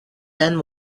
and